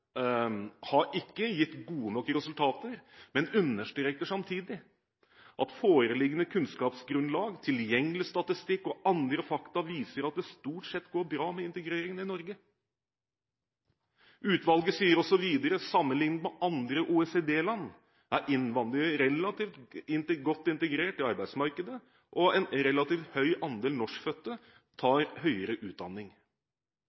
virkemidlene ikke har gitt gode nok resultater», men understreker samtidig: «Foreliggende kunnskapsgrunnlag, tilgjengelig statistikk og andre fakta viser at det stort sett går bra med integreringen i Norge.» Utvalget sier også videre: «Sammenliknet med andre OECD-land er innvandrere relativt godt integrert i arbeidsmarkedet, og en relativt høy andel norskfødte